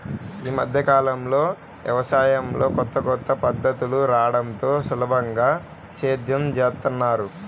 యీ మద్దె కాలంలో యవసాయంలో కొత్త కొత్త పద్ధతులు రాడంతో సులభంగా సేద్యం జేత్తన్నారు